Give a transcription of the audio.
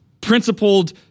principled